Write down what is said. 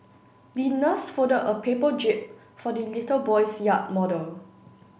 the nurse folded a paper jib for the little boy's yacht model